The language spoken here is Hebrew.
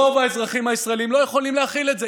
רוב האזרחים הישראלים לא יכולים להכיל את זה.